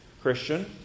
Christian